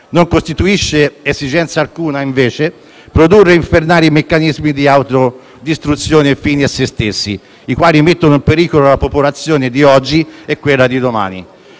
non costituisce esigenza alcuna, invece, produrre infernali meccanismi di autodistruzione fini a se stessi, i quali mettono in pericolo la popolazione di oggi e quella di domani